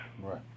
Right